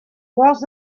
was